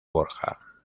borja